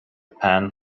pan